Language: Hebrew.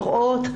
לראות,